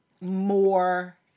more